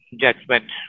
judgment